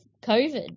COVID